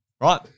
right